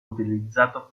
utilizzato